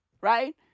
Right